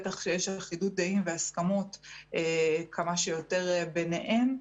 בטח יש אחדות דעים והסכמות כמה שיותר ביניהם.